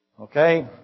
Okay